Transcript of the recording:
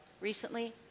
recently